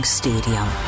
stadium